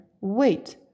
Wait